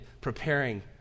preparing